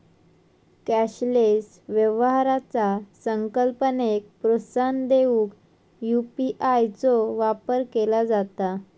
cashless व्यवहाराचा संकल्पनेक प्रोत्साहन देऊक यू.पी.आय चो वापर केला जाता